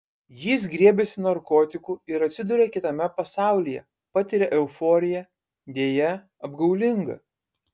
jis griebiasi narkotikų ir atsiduria kitame pasaulyje patiria euforiją deja apgaulingą